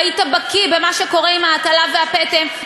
והיית בקיא במה שקורה עם ההטלה והפטם,